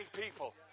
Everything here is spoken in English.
people